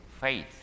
faith